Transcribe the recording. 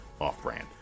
Off-brand